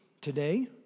today